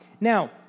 Now